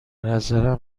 نظرم